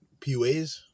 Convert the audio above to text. PUAs